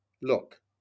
look